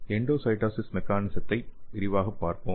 endocytosis மெக்கானிசத்தை விரிவாகப் பார்ப்போம்